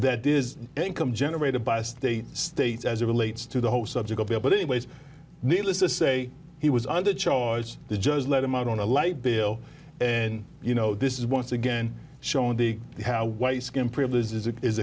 that is income generated by state states as it relates to the whole subject but anyways needless to say he was under choice the judge let him out on a light bill and you know this is once again showing the how